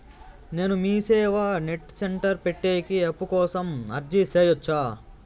నేను MeeSeva net centre పెట్టేకి అప్పు కోసం అర్జీ సేయొచ్చా?